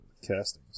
castings